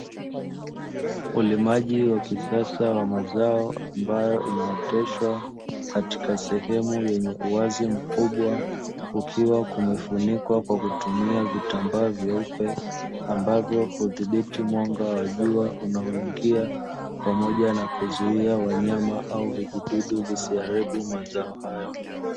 Ulimaji wa kisasa wa mazao ambayo inaoteshwa katika sehemu yenye uwazi mkubwa, kukiwa kumefunikwa kwa kutumia vitambaa vyeupe ambavyo hudhibiti mwanga wa jua unaoingia, pamoja na kuzuia wanyama au vijidudu visiharibu mazao hayo.